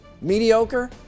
Mediocre